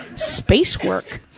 space work!